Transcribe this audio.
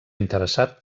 interessat